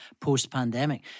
post-pandemic